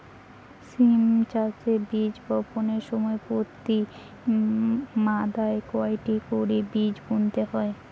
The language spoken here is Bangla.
সিম চাষে বীজ বপনের সময় প্রতি মাদায় কয়টি করে বীজ বুনতে হয়?